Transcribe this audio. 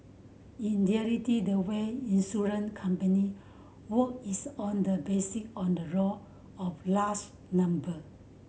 in the way insurance company work is on the basis on the raw of large number